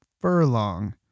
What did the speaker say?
furlong